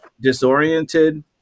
disoriented